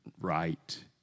right